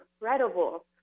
incredible